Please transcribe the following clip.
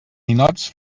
ninots